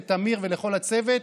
לתמיר ולכל הצוות,